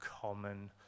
common